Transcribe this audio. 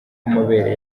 amabere